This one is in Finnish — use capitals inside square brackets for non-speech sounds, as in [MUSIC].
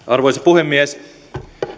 [UNINTELLIGIBLE] arvoisa puhemies